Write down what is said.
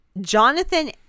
Jonathan